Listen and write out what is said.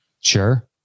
Sure